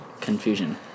confusion